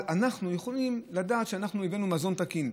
אנחנו יכולים לדעת שאנחנו הבאנו מזון תקין,